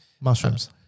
Mushrooms